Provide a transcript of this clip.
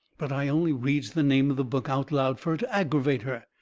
but i only reads the name of the book out loud, fur to aggervate her.